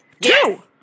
two